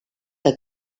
que